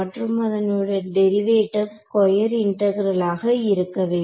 மற்றும் அதனுடைய derivative square integral ஆக இருக்க வேண்டும்